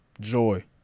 joy